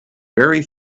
very